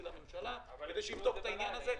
לממשלה כדי שיבדוק את העניין הזה.